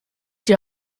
die